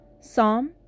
psalm